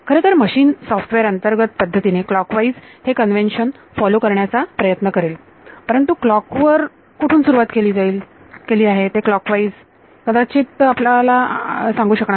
खरतर machine software अंतर्गत पद्धतीने क्लॉकवाईज हे कन्वेंशन फॉलो करण्याचा प्रयत्न करेल परंतु क्लॉक वर कुठून सुरुवात केली आहे ते क्लॉकवाईज कदाचित आपणाला सांगू शकणार नाही